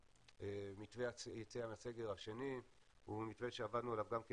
מתווה היציאה מהסגר השני הוא מתווה שעבדנו עליו גם כן